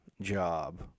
job